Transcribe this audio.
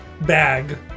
bag